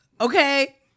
okay